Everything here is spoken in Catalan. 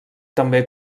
també